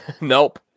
Nope